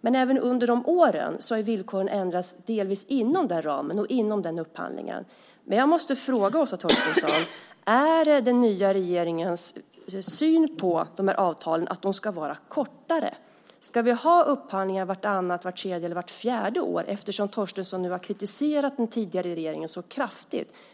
Men även under de åren har villkoren delvis ändrats inom ramen för upphandlingen. Jag måste fråga Åsa Torstensson: Är den nya regeringens syn på avtalen att de ska vara kortare? Ska vi ha upphandlingar vartannat, vart tredje eller vart fjärde år? Torstensson har ju nu kritiserat den tidigare regeringen